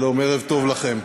שלום, ערב טוב לכם.